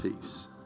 peace